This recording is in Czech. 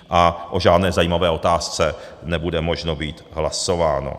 A o žádné zajímavé otázce nebude možno být hlasováno.